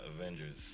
avengers